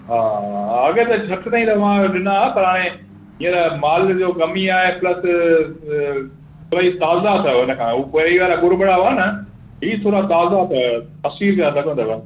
हा हा अॻे त सठि ताईं बि मां ॾिना पर हाणे हींअर माल जो कमी आहे प्लस भई ताज़ा अथव उनखां हुआ पहिरीं वारा कुरमड़ा हुआ न ई थोरा ताज़ा अथव असी रुपया लॻंदव